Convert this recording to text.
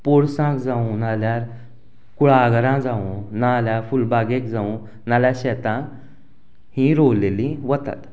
पोरसांत जावूं नाल्यार कुळगरां जावूं नाल्यार फुलबागेक जावूं नाल्यार शेतां हीं रोवलेलीं वतात